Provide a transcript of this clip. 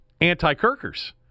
anti-Kirkers